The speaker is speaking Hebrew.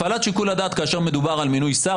הפעלת שיקול הדעת כאשר מדובר על מינוי שר